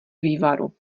vývaru